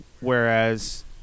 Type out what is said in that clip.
whereas